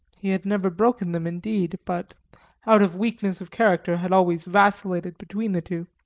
he had never broken them, indeed, but out of weakness of character had always vacillated between the two.